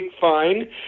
fine